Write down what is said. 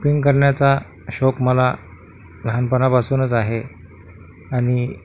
cooking करण्याचा शौक मला लहानपणापासूनच आहे आणि